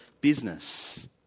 business